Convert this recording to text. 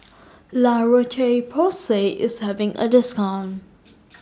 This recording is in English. La Roche Porsay IS having A discount